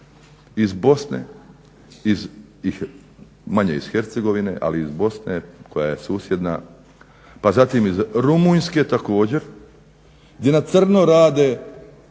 iz Bosne, manje iz Hercegovine ali iz Bosne koja je susjedna pa zatim iz Rumunjske također gdje na crno rade